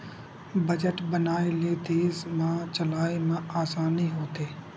budget बनाए ले देस ल चलाए म असानी होथे